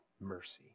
mercy